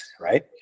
right